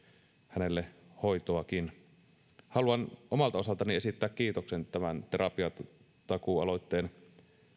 hänelle hoitoakin haluan omalta osaltani esittää kiitoksen tämän terapiatakuu aloitteen